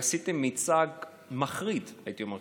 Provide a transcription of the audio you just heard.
עשיתם מיצג מחריד, הייתי אומר,